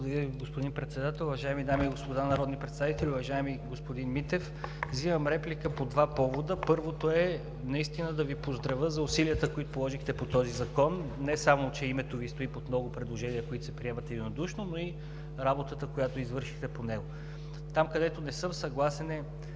Ви. Господин Председател, уважаеми дами и господа народни представители! Уважаеми, господин Митев, взимам реплика по два повода. Първият, да Ви поздравя за усилията, които положихте по този закон – не само, че името Ви стои под много предложения, които се приемат единодушно, но и работата, която извършихте по него. Не съм съгласен,